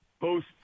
post